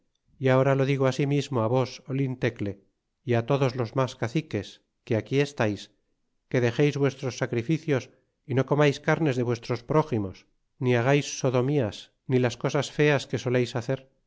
y ahora lo digo así mismo vos olintecle y todos los mas caciques que aquí estais que dexeis vuestros sacrificios y no comais carnes de vuestros próximos ni hagais sodomías ni las cosas feas que soleis hacer